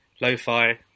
lo-fi